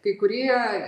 kai kurie